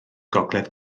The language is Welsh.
gogledd